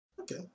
Okay